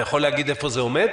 האם אתה יכול להגיד איפה זה עומד?